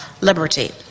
liberty